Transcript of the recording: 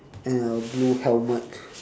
and a blue helmet